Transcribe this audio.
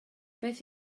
beth